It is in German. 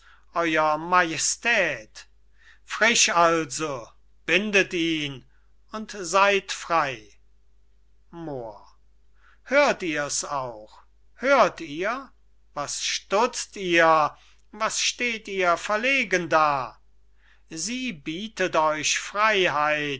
euer majestät frisch also bindet ihn und seyd frey moor hört ihr's auch hört ihr was stutzt ihr was steht ihr verlegen da sie bietet euch freyheit